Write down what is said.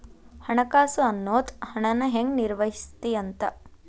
ಹಣಕಾಸು ಅನ್ನೋದ್ ಹಣನ ಹೆಂಗ ನಿರ್ವಹಿಸ್ತಿ ಅಂತ